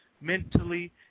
mentally